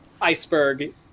iceberg